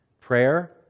prayer